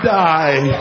die